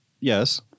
Yes